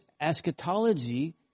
eschatology